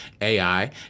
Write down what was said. AI